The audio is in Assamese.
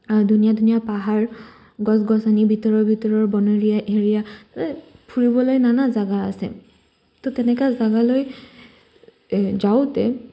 ধুনীয়া ধুনীয়া পাহাৰ গছ গছনি ভিতৰৰ ভিতৰৰ বনৰীয়া এৰিয়া ফুৰিবলৈ নানা জাগা আছে তো তেনেকুৱা জাগালৈ যাওঁতে